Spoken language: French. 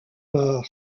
mort